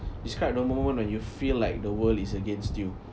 describe the moment when you feel like the world is against you